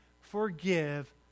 forgive